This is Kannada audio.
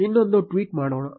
ಇನ್ನೊಂದು ಟ್ವೀಟ್ ಮಾಡೋಣ